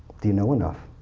do you know enough?